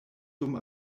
dum